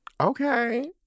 Okay